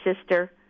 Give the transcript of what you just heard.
sister